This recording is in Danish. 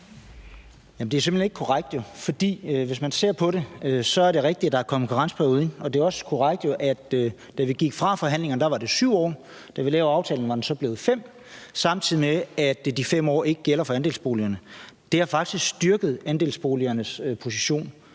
hen ikke korrekt, for hvis man ser på det, er det rigtigt, at der er kommet en karensperiode ind, og det er også korrekt, at da vi gik fra forhandlingerne, var det 7 år, men da vi lavede aftalen, var det så blevet 5 år, samtidig med at de 5 år ikke gælder for andelsboligerne. Det har faktisk styrket andelsboligernes position,